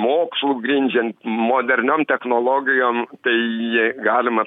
mokslu grindžiant moderniom technologijom tai galima